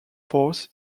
force